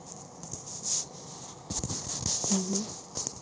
mmhmm